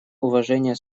уважения